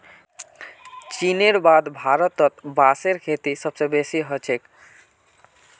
चीनेर बाद भारतत बांसेर खेती सबस बेसी ह छेक